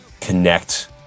connect